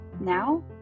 Now